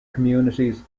communities